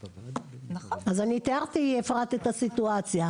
אז אני תיארתי אפרת את הסיטואציה.